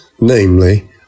namely